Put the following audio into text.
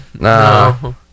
No